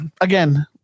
Again